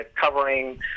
covering